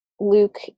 Luke